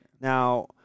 Now